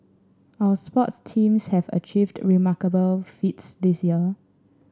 our sports teams have achieved remarkable feats this year